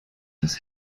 das